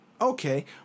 okay